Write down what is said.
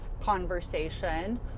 conversation